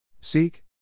Seek